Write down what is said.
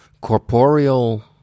corporeal